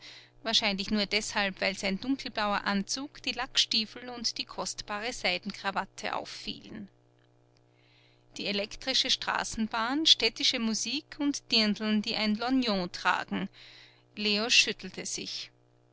wahrscheinlich nur deshalb weil sein dunkelblauer anzug die lackstiefel und die kostbare seidenkrawatte auffielen die elektrische straßenbahn städtische musik und dirndln die ein lorgnon tragen leo schüttelte sich